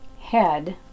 head